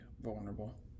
vulnerable